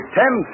ten